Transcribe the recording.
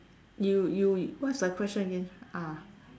you you what's the question you ah